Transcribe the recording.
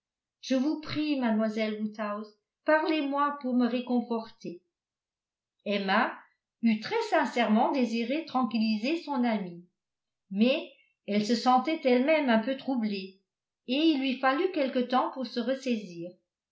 je vous prie mademoiselle woodhouse parlez-moi pour me réconforter emma eût très sincèrement désiré tranquilliser son amie mais elle se sentait elle-même un peu troublée et il lui fallut quelque temps pour se ressaisir